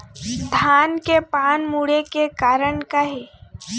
धान के पान मुड़े के कारण का हे?